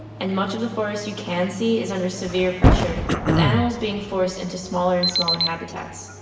and much of the forest you can see is under severe pressure with animals being forced into smaller and smaller habitats.